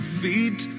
feet